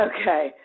Okay